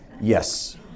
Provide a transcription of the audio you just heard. yes